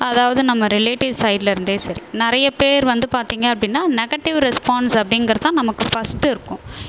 அதாவது நம்ம ரிலேட்டிவ் சைடுலேருந்தே சரி நிறையப்பேர் வந்து பார்த்தீங்க அப்படினா நெகட்டிவ் ரெஸ்பான்ஸ் அப்படிங்கிறது தான் நமக்கு ஃபர்ஸ்டுயிருக்கும்